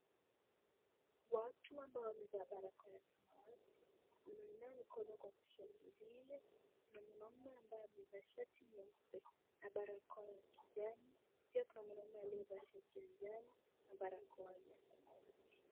Watu ambao wamevaa barakoa ya samawati wanainua mkono kwa kushangilia. Kuna mwanaume ambaye amevaa shati nyeupe na barakoa ya kijani. Pia kuna mwanaume aliyevaa shati ya njano na barakoa ya samawati.